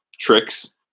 tricks